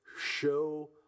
show